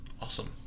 Awesome